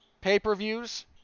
pay-per-views